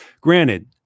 granted